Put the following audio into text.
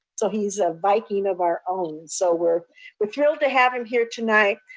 so he's a viking of our own. so we're we're thrilled to have him here tonight.